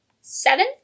seven